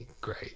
Great